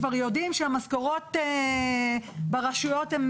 כבר יודעים שהמשכורות ברשויות הן